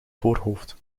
voorhoofd